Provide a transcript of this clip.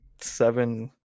seven